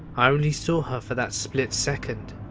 i only saw her for that split second,